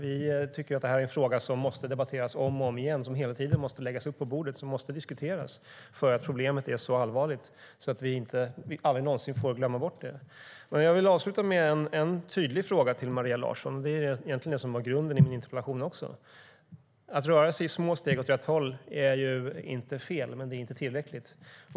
Vi tycker att detta är en fråga som måste debatteras om och om igen och som hela tiden måste läggas upp på bordet och diskuteras. Problemet är så allvarligt att vi aldrig någonsin får glömma bort det. Jag vill avsluta med en tydlig fråga till Maria Larsson. Det är egentligen grunden i min interpellation. Att röra sig med små steg åt rätt håll är inte fel, men det är inte tillräckligt.